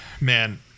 Man